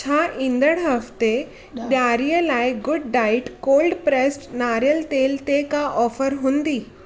छा ईंदड़ हफ़्ते ॾियारीअ लाइ गुड डाइट कोल्ड प्रेस्सेड नारेलु तेल ते का ऑफर हूंदी